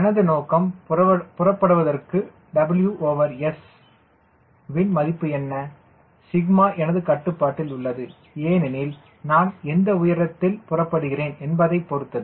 எனது நோக்கம் புறப்படுவதற்கு WS வின் மதிப்பு என்ன சிக்மா எனது கட்டுப்பாட்டில் உள்ளது ஏனெனில் நான் எந்த உயரத்தில் புறப்படுகிறேன் என்பதைப் பொருத்தது